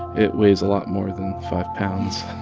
it weighs a lot more than five pounds